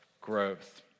growth